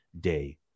day